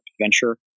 venture